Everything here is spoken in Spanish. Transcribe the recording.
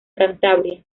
cantabria